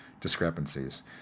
discrepancies